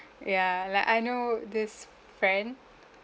ya like I know this friend